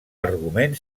argument